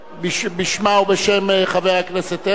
בשמה ובשם חבר הכנסת הרצוג.